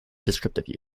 descriptive